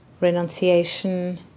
renunciation